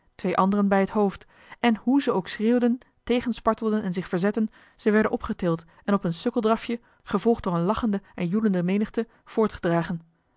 twee andere bij het hoofd en hoe ze ook schreeuwden tegenspartelden en zich verzetten ze werden opgetild en op een sukkeldrafje gevolgd door eene lachende en joelende menigte voortgedragen